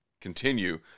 continue